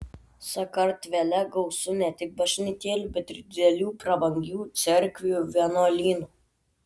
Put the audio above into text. sakartvele gausu ne tik bažnytėlių bet ir didelių prabangių cerkvių vienuolynų